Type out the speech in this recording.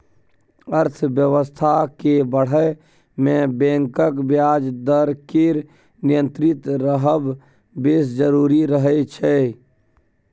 अर्थबेबस्था केँ बढ़य मे बैंकक ब्याज दर केर नियंत्रित रहब बेस जरुरी रहय छै